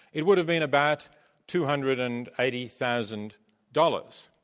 it would have been about two hundred and eighty thousand dollars.